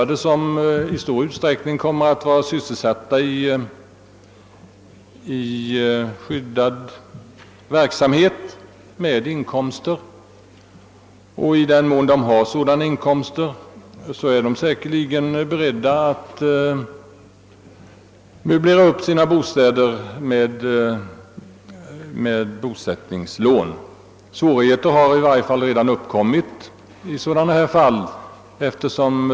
Det är i stor utsträckning fråga om handikappade som är sysselsatta i skyddad verksamhet och som alltså har inkomster, och i den mån de har inkomster är de säkerligen beredda att möblera sina bostäder med hjälp av bosättningslån. Svårigheter har redan uppkommit i sådana här fall.